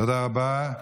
תודה רבה.